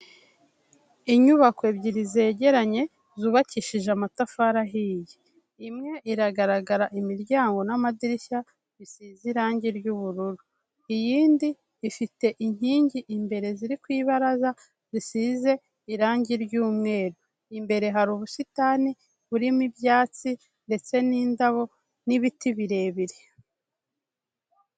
Inyubako ebyiri zegeranye zubakishije amatafari ahiye. Imwe iragaragara imiryango n'amadirishya bisize irangi ry'ubururu. Iyindi ifite inkingi imbere ziri ku ibaraza zisize irangi ry'umweru. Imbere hari ubusitani burimo ibyatsi ndetse n'indabo n'ibiti birebire.